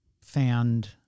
found